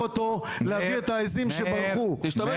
אותו להביא את העיזים שברחו --- מאיר,